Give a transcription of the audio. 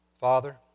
Father